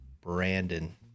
Brandon